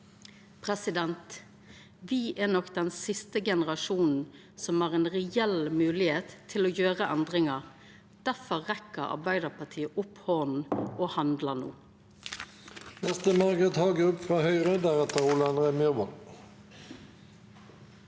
og land. Me er nok den siste generasjonen som har ei reell moglegheit til å gjera endringar. Difor rekkjer Arbeidarpartiet opp handa og handlar no.